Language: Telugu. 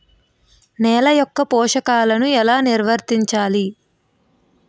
నెల యెక్క పోషకాలను ఎలా నిల్వర్తించాలి